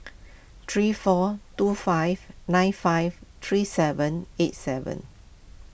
three four two five nine five three seven eight seven